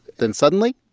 then, suddenly,